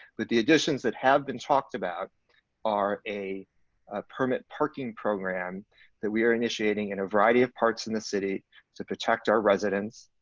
but the additions that have been talked about are a permit parking program that we're initiating in a variety of parts in the city to protect our residents,